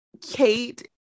Kate